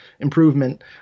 improvement